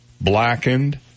blackened